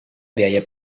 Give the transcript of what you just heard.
biaya